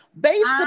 based